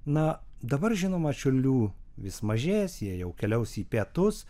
na dabar žinoma čiurlių vis mažės jie jau keliaus į pietus